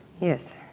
Yes